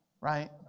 right